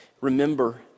remember